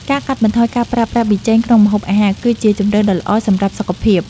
ការកាត់បន្ថយការប្រើប្រាស់ប៊ីចេងក្នុងម្ហូបអាហារ គឺជាជម្រើសដ៏ល្អសម្រាប់សុខភាព។